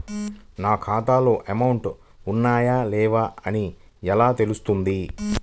నా ఖాతాలో అమౌంట్ ఉన్నాయా లేవా అని ఎలా తెలుస్తుంది?